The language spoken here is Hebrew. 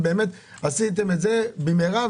עשיתם את זה במהרה,